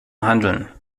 handeln